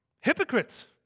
hypocrites